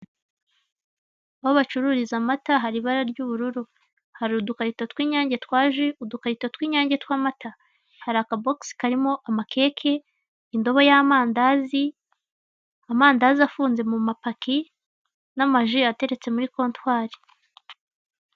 Aho bacururiza amata hari ibara ry'ubururu, hari udukarito tw'inyange twa ji udukarito tw'inyange tw'amata hari akabokisi karimo amakeke indobo y'amandazi amandazi afunze mu mapaki n'amaji ateretse muri kontwari.